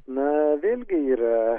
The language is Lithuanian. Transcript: na vėlgi yra